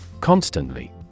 Constantly